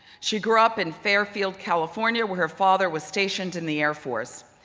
she grew up in fairfield, california, where her father was stationed in the air force.